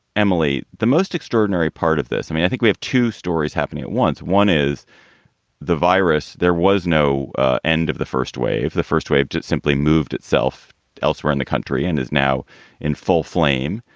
emily, the most extraordinary part of this. i mean, i think we have two stories happening at once. one is the virus. there was no end of the first wave, the first wave. it simply moved itself elsewhere in the country and is now in full flame.